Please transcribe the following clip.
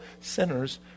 sinners